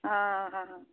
आ हा हा